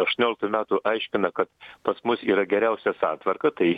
aštuonioliktų metų aiškina kad pas mus yra geriausia santvarka tai